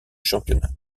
championnat